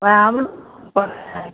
ओएह हए हमहूँ पथ खायके अइ